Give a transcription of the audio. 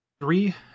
Three